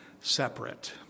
separate